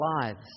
lives